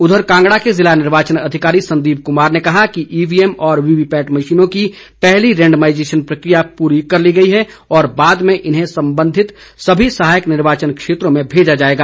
उधर कांगड़ा के जिला निर्वाचन अधिकारी संदीप कमार ने कहा है कि ईवीएम और वीवीपैट मशीनों की पहली रेंडमाईजेशन प्रक्रिया पूरी कर ली गई है और बाद में इन्हें संबंधित सभी सहायक निर्वाचन क्षेत्रों में भेजा जाएगा